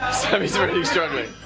sammy's really struggling!